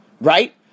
Right